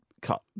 cut